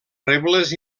rebles